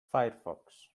firefox